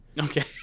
Okay